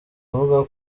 avuga